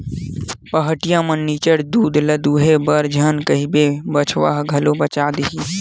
पहाटिया ल निच्चट दूद ल दूहे बर झन कहिबे बछवा बर घलो बचा देही